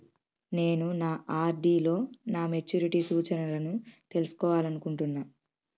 నేను నా ఆర్.డి లో నా మెచ్యూరిటీ సూచనలను తెలుసుకోవాలనుకుంటున్నా